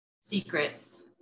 secrets